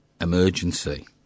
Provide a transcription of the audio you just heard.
emergency